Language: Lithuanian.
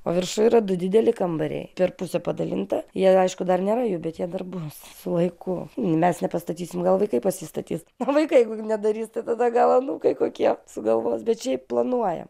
o viršuj yra du dideli kambariai per pusę padalinta jie aišku dar nėra jų bet jie dar bus su laiku mes nepastatysim gal vaikai pasistatys o vaikai jeigu nedarys tada gal anūkai kokie sugalvos bet šiaip planuojam